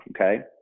Okay